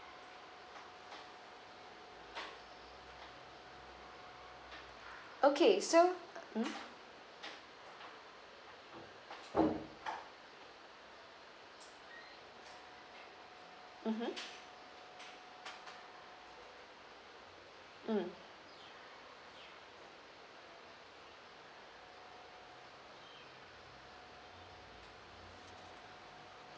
okay so mm mmhmm mm